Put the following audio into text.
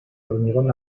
hormigón